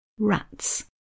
rats